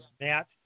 Matt